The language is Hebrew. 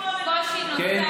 לא נמצא רק בדברים האלה.